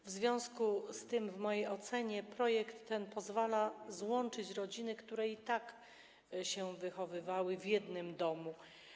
W związku z tym w mojej ocenie projekt ten pozwala złączyć rodziny, osoby, które i tak się wychowywały w jednym domu.